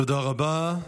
תודה רבה.